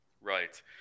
Right